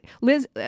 Liz